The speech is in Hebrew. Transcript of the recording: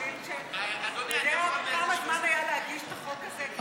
אתה יודע כמה זמן היה להגיש את החוק הזה כבר?